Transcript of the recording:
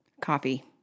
Coffee